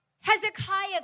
Hezekiah